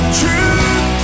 truth